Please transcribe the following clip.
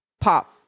Pop